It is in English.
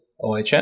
OHN